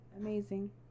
Amazing